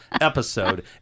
episode